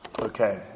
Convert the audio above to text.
okay